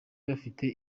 bafite